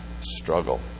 struggle